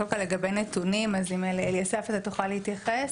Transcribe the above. קודם כל לגבי נתונים, אליאסף, אתה תוכל להתייחס?